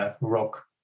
rock